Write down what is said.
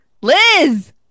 Liz